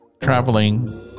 traveling